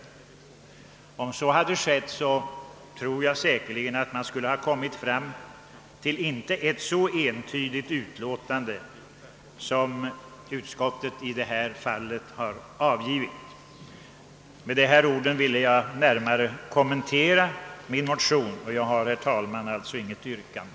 Därest så hade skett tror jag att man hade kommit fram till ett inte fullt så enhälligt utlåtande som utskottet nu har avgivit. Med dessa ord har jag velat något kommentera min motion, och jag har inte, herr talman, något yrkande.